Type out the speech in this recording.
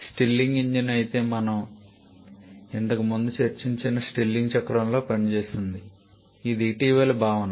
Stirling engine అయితే మనం ఇంతకుముందు చర్చించిన స్టిర్లింగ్ చక్రంలో పనిచేస్తుంది ఇది ఇటీవలి భావన